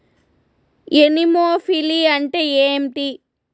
Anemophily అంటే ఏంటి?